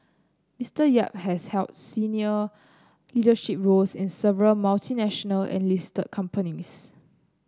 Mister Yap has held senior leadership roles in several multinational and listed companies